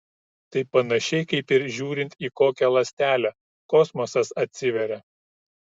tai panašiai kaip ir žiūrint į kokią ląstelę kosmosas atsiveria